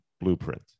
blueprint